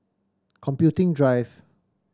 Computing Drive